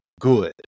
good